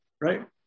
Right